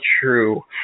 true